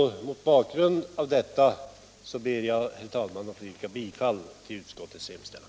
Mot bakgrund härav ber jag, herr talman, att få yrka bifall till utskottets hemställan.